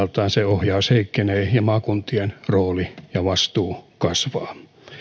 ohjaus heikkenee ja maakuntien rooli ja vastuu kasvavat